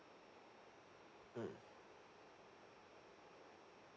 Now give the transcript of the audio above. mm